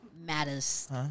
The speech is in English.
matters